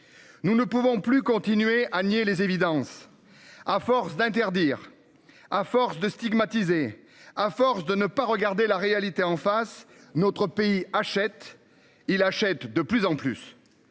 Nous ne pouvons plus continuer à nier les évidences. À force d'interdire à force de stigmatiser à force de ne pas regarder la réalité en face. Notre pays achètent ils l'achètent de plus en plus.